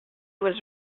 was